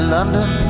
London